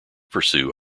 pursue